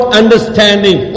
understanding